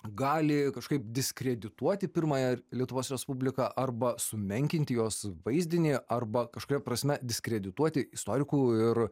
gali kažkaip diskredituoti pirmąją lietuvos respubliką arba sumenkinti jos vaizdinį arba kažkuria prasme diskredituoti istorikų ir